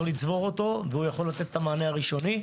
לצבור אותו והוא יכול לתת את המענה הראשוני.